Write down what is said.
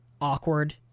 awkward